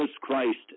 Christ